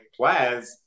Plaz